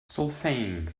solfaing